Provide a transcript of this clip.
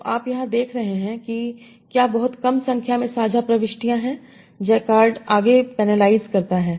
तो आप यहाँ देख रहे हैं कि क्या बहुत कम संख्या में साझा प्रविष्टियाँ हैं जैकार्ड आगे पेनलाइज़ करता है